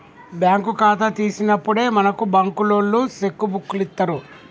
bank ఖాతా తీసినప్పుడే మనకు బంకులోల్లు సెక్కు బుక్కులిత్తరు